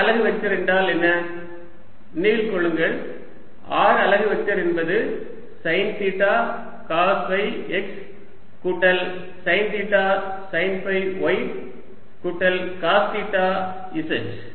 r அலகு vector என்றால் என்ன நினைவில் கொள்ளுங்கள் r அலகு வெக்டர் என்பது sine theta cos phi x கூட்டல் sine theta sine phi y கூட்டல் காஸ் தீட்டா z